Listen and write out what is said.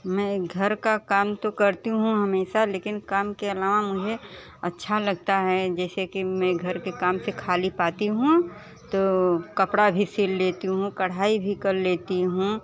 मैं घर का काम तो करती हूँ हमेशा लेकिन काम के अलावा मुझे अच्छा लगता है जैसे कि मैं घर के काम से खाली पाती हूँ तो कपड़ा भी सिल लेती हूँ कढ़ाई भी कर लेती हूँ